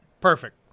Perfect